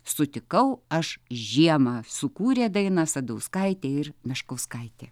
sutikau aš žiemą sukūrė dainą sadauskaitė ir meškauskaitė